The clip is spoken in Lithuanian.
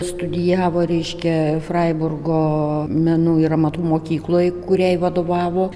studijavo reiškia fraiburgo menų ir amatų mokykloj kuriai vadovavo